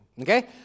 Okay